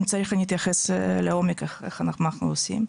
אם צריך אני אתייחס לעומק איך אנחנו עושים.